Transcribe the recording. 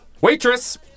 Waitress